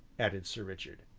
added sir richard.